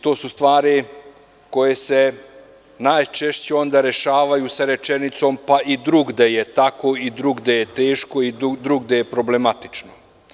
To su stvari koje se najčešće rešavaju sa rečenicom, pa i drugde je tako, pa i drugde je teško, pa i drugde je problematično.